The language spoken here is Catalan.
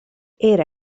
era